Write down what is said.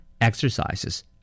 exercises